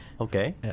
Okay